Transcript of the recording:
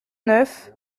neuf